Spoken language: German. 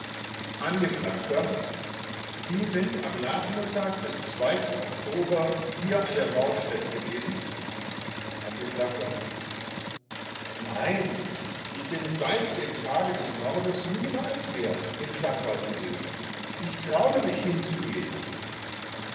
sind sie am nachmittage des oktober hier an der mordstätte gewesen angekl nein ich bin seit dem tage des mordes niemals mehr im stadtwalde gewesen ich graulte mich hinzugehen